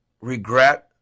regret